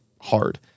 hard